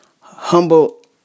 humble